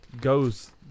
goes